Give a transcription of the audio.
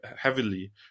heavily